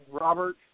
Robert